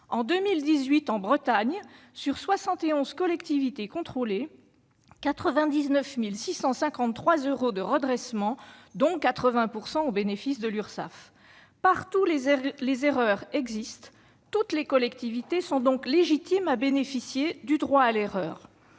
En 2018, en Bretagne, sur 71 collectivités contrôlées, 99 653 euros de redressements ont été prononcés, dont 80 % au bénéfice de l'Urssaf. Partout, les erreurs existent. Toutes les collectivités sont donc légitimes à bénéficier du droit à l'erreur.